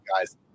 guys